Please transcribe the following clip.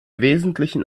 wesentlichen